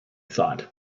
thought